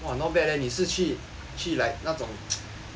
!wah! not bad leh 你是去去 like 那种